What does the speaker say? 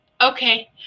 Okay